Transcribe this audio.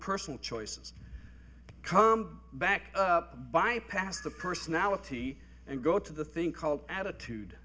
personal choices come back up bypass the personality and go to the thing called attitude